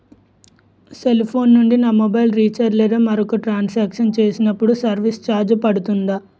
Cell phone నుండి నేను నా మొబైల్ రీఛార్జ్ లేదా మరొక ట్రాన్ సాంక్షన్ చేసినప్పుడు సర్విస్ ఛార్జ్ పడుతుందా?